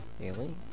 daily